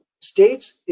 states